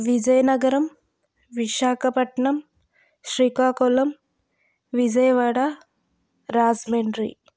Vizianagaram Visakhapatnam Srikakulam Vijayawada Rajahmundry